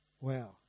Wow